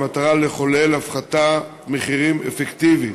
במטרה "לחולל הפחתת מחירים אפקטיבית".